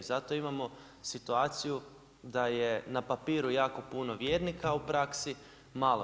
Zato imamo situaciju da je na papiru jao puno vjernika, a u praksi malo.